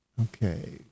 Okay